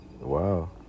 Wow